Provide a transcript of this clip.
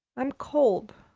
i'm cold,